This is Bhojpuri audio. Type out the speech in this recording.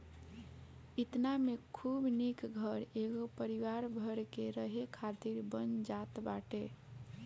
एतना में खूब निक घर एगो परिवार भर के रहे खातिर बन जात बाटे